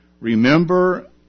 Remember